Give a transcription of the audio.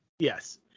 Yes